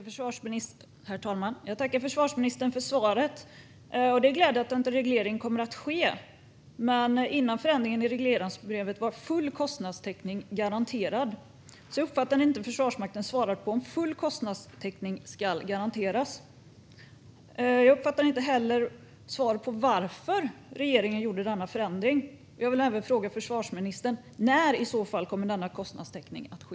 Herr talman! Jag tackar försvarsministern för svaret. Det är glädjande att en reglering kommer att ske, men före förändringen i regleringsbrevet var full kostnadstäckning garanterad. Jag uppfattade inte om försvarsministern svarade på om full kostnadstäckning ska garanteras. Jag uppfattade inte heller något svar på varför regeringen gjorde denna förändring. Jag vill även fråga försvarsministern när, i så fall, denna kostnadstäckning kommer att ske.